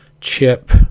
chip